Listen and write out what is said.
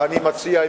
ואני מציע,